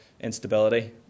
instability